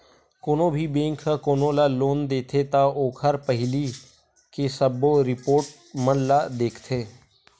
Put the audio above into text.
कोनो भी बेंक ह कोनो ल लोन देथे त ओखर पहिली के सबो रिपोट मन ल देखथे